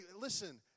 listen